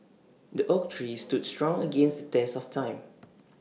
the oak tree stood strong against the test of time